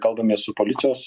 kalbamės su policijos